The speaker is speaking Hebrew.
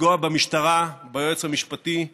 לפגוע במשטרה, ביועץ המשפטי ובבג"ץ.